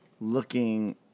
looking